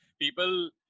people